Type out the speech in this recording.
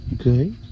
Okay